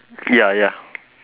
ya ya